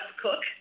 cook